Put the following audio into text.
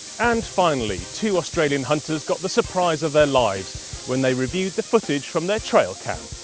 and finally two australian hunters got the surprise of their lives when they reviewed the footage from their trailcam.